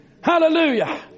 Hallelujah